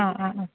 ആ ആ ആ